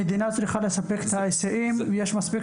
המדינה צריכה לספק את ההיסעים ויש מספיק